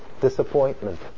disappointment